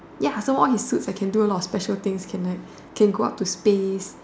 ya so all his suits that can do a lot of special things can like can go up to space